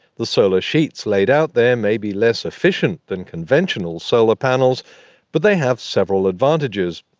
the solar sheets laid out there may be less efficient than conventional solar panels but they have several advantages.